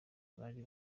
bari